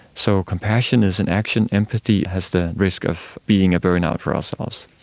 so compassion is an action, empathy has the risk of being a burnout for ourselves.